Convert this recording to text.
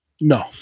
No